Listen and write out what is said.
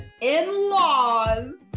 in-laws